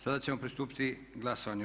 Sada ćemo pristupiti glasovanju.